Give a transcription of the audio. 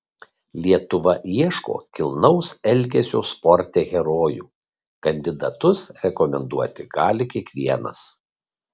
lietuva ieško kilnaus elgesio sporte herojų kandidatus rekomenduoti gali kiekvienas